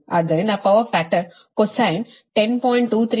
ಆದ್ದರಿಂದ power factor cosine 10